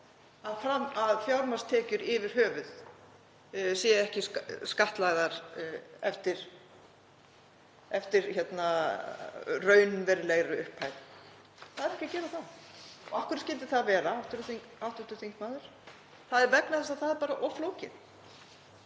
á því að fjármagnstekjur yfir höfuð séu ekki skattlagðar eftir raunverulegri upphæð. Það er ekki að gera það. Og af hverju skyldi það vera, hv. þingmaður? Það er vegna þess að það er bara of flókið.